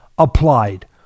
applied